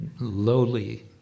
lowly